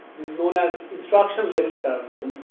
this is known as instruction level parallelism,